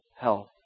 health